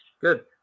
Good